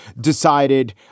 decided